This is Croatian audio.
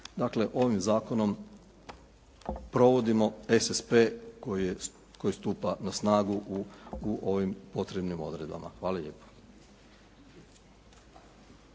Dakle ovim zakonom provodimo SSP koji stupa na snagu u ovim potrebnim odredbama. Hvala lijepo.